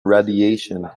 radiation